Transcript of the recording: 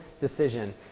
decision